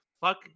fuck